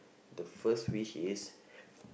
the first wish is